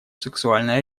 сексуальной